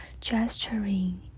gesturing